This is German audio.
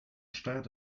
steuert